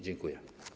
Dziękuję.